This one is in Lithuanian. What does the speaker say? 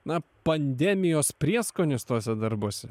na pandemijos prieskonis tuose darbuose